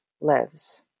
lives